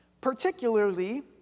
particularly